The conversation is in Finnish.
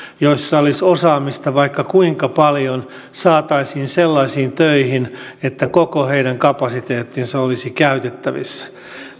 joilla olisi osaamista vaikka kuinka paljon saataisiin sellaisiin töihin että koko heidän kapasiteettinsa olisi käytettävissä